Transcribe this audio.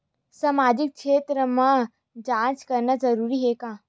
सामाजिक क्षेत्र म जांच करना जरूरी हे का?